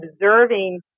observing